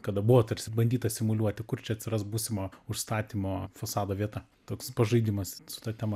kada buvo tarsi bandyta simuliuoti kur čia atsiras būsimo užstatymo fasado vieta toks pažaidimas su ta tema